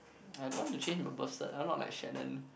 I don't want to change the birth cert I'm not like Chanel